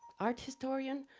art historian,